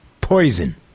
Poison